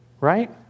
Right